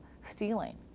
stealing